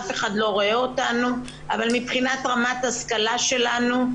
אף אחד לא רואה אותנו אבל מבחינת רמת השכלה שלנו,